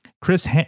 Chris